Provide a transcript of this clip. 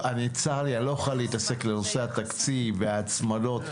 צר לי, אני לא אוכל להתעסק בנושא התקציב, בהצמדות.